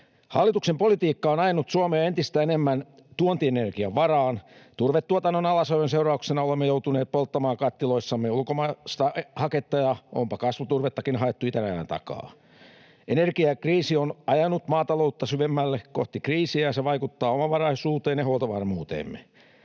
Hallituksen politiikka on ajanut Suomea entistä enemmän tuontienergian varaan. Turvetuotannon alasajon seurauksena olemme joutuneet polttamaan kattiloissamme ulkomaista haketta, ja onpa kasvuturvettakin haettu itärajan takaa. Energiakriisi on ajanut maataloutta syvemmälle kohti kriisiä, ja se vaikuttaa omavaraisuuteemme ja huoltovarmuuteemme.